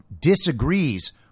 disagrees